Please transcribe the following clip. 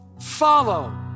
follow